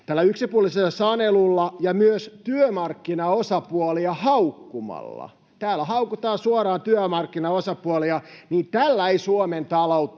tällä yksipuolisella sanelulla eikä myöskään työmarkkinaosapuolia haukkumalla — täällä haukutaan suoraan työmarkkinaosapuolia — Suomen taloutta